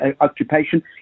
occupation